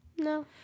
No